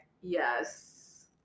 Yes